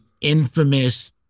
infamous